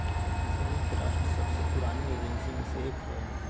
संयुक्त राष्ट्र सबसे पुरानी एजेंसी में से एक हइ